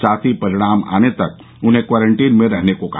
साथ ही परिणाम आने तक उन्हें क्वारंटीन में रहने को कहा